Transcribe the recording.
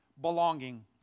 Belonging